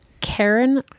Karen